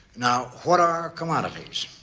now, what are commodities?